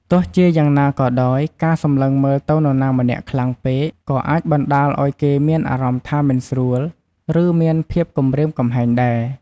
ទោះជាយ៉ាងណាក៏ដោយ ការសម្លឹងមើលទៅនរណាម្នាក់ខ្លាំងពេក ក៏អាចបណ្តាលឱ្យគេមានអារម្មណ៍ថាមិនស្រួល ឬ មានភាពគំរាមកំហែងដែរ។